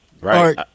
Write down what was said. Right